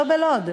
לא בלוד,